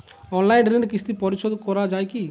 Online ঋণের কিস্তি পরিশোধ করা যায় কি?